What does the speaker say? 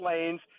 lanes